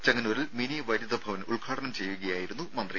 ചെങ്ങന്നൂരിൽ മിനി വൈദ്യുത ഭവൻ ഉദ്ഘാടനം ചെയ്യുകയായിരുന്നു മന്ത്രി